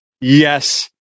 yes